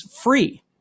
free